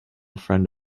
friend